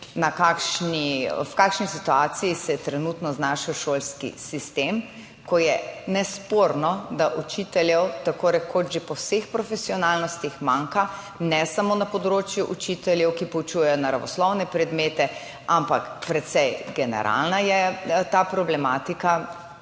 v kakšni situaciji se je trenutno znašel šolski sistem, ko je nesporno, da učiteljev tako rekoč že po vseh profesionalnostih manjka, ne samo na področju učiteljev, ki poučujejo naravoslovne predmete, ampak precej generalna je ta problematika,